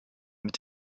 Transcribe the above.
mit